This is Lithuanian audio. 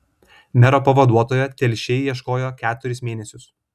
mero pavaduotojo telšiai ieškojo keturis mėnesius